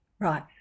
Right